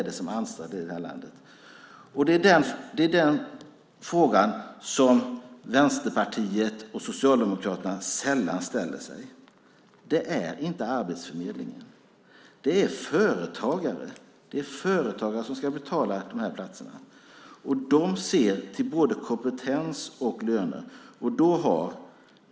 Det är den frågan Vänsterpartiet och Socialdemokraterna sällan ställer sig. Det är nämligen inte Arbetsförmedlingen, utan det är företagare. Det är företagare som ska betala de här platserna, och de ser till både kompetens och löner.